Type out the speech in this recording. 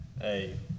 Hey